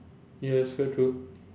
yes quite true